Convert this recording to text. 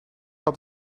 had